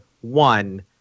one